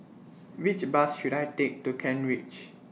Which Bus should I Take to Kent Ridge